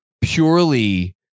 purely